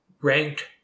ranked